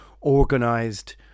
organized